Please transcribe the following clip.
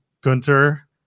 Gunter